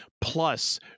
plus